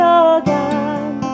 again